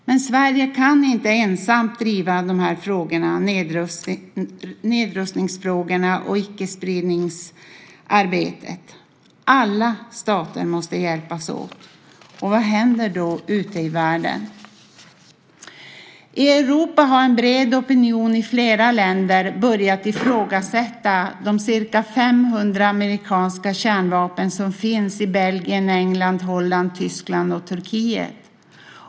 Men Sverige kan inte ensamt driva de här frågorna, nedrustningsfrågorna, och icke-spridningsarbetet. Alla stater måste hjälpas åt. Vad händer då ute i världen? I Europa har en bred opinion i flera länder börjat ifrågasätta de ca 500 amerikanska kärnvapen som finns i Belgien, England, Holland, Tyskland och Turkiet.